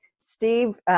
Steve